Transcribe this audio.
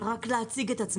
בבקשה.